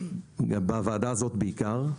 ובוועדה הזאת בעיקר,